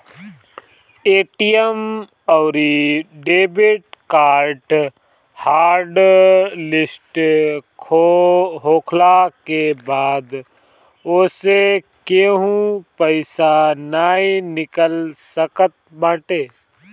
ATM अउरी debit card hot list होखला के बाद ओसे केहू पईसा नाइ निकाल सकत बाटे